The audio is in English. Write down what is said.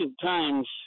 times